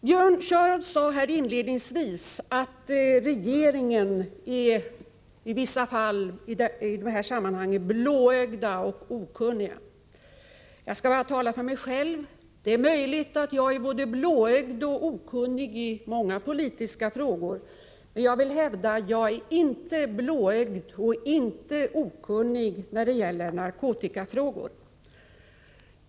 Björn Körlof sade inledningsvis att vi i regeringen i vissa fall i dessa sammanhang är blåögda och okunniga. Vad gäller mig själv är det möjligt att jag är både blåögd och okunnig i många politiska frågor. Jag vill dock hävda att jag inte är vare sig blåögd eller okunnig när det gäller narkotikafrågor.